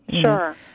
Sure